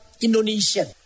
Indonesian